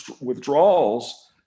withdrawals